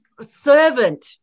servant